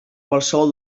qualsevol